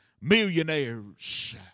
millionaires